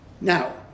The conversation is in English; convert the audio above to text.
Now